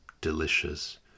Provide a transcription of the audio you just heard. delicious